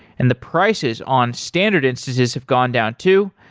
and the prices on standard instances have gone down too.